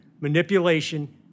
manipulation